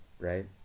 right